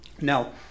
Now